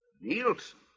Nielsen